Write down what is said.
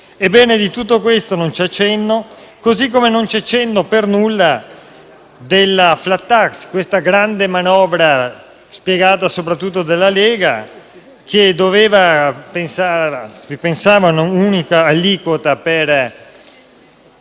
Ebbene, di tutto questo non c'è cenno, così come non c'è cenno per nulla della *flat tax*, questa grande manovra voluta soprattutto dalla Lega, che pensava a un'unica aliquota per